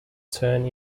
turn